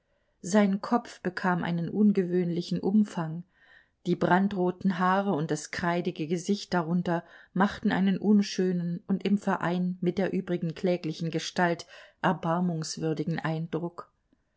sein kopf bekam einen ungewöhnlichen umfang die brandroten haare und das kreidige gesicht darunter machten einen unschönen und im verein mit der übrigen kläglichen gestalt erbarmungswürdigen eindruck